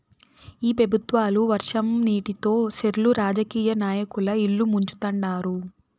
ఈ పెబుత్వాలు వర్షం నీటితో సెర్లు రాజకీయ నాయకుల ఇల్లు ముంచుతండారు